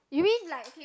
you mean like he will